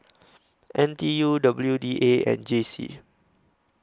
N T U W D A and J C